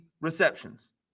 receptions